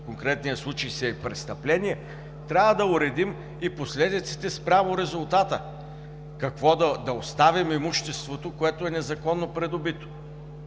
в конкретния случай си е престъпление, трябва да уредим и последиците спрямо резултата. Какво, да оставим имуществото, което е незаконно придобито?